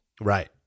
Right